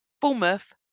Bournemouth